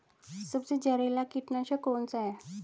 सबसे जहरीला कीटनाशक कौन सा है?